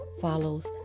follows